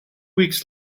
weeks